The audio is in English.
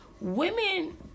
Women